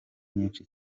nyinshi